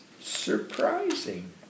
surprising